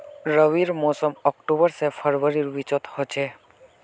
रविर मोसम अक्टूबर से फरवरीर बिचोत होचे